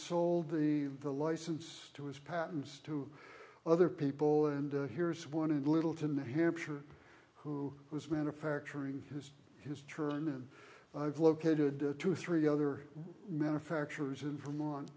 sold the the license to his patents to other people and here is one of littleton hampshire who was manufacturing his history and i've located two or three other manufacturers in vermont